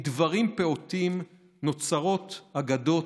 מדברים פעוטים / נוצרות אגדות,